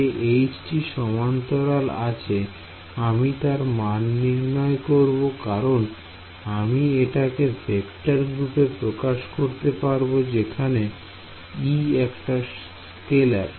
যে H টি সমান্তরালে আছে আমি তার মান নির্ণয় করব কারণ আমি এটাকে ভেক্টর গ্রুপে প্রকাশ করতে পারবো যেখানে E একটা স্কেলার